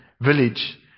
village